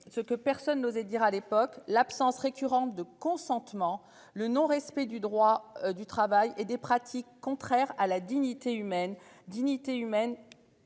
ce que personne n'osait dire à l'époque l'absence récurrente de consentement. Le non respect du droit du travail et des pratiques contraires à la dignité humaine dignité humaine.